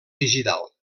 digital